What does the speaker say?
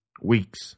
weeks